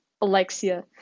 Alexia